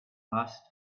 asked